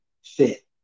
fit